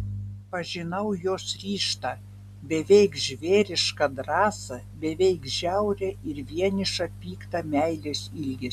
pažinau jos ryžtą beveik žvėrišką drąsą beveik žiaurią ir vienišą piktą meilės ilgesį